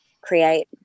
create